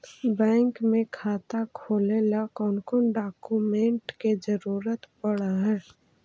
Bank में खाता खोले ल कौन कौन डाउकमेंट के जरूरत पड़ है?